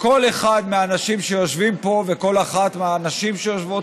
וכל אחד מהאנשים שיושבים פה וכל אחת מהנשים שיושבות